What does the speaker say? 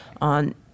on